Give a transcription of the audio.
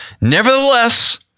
Nevertheless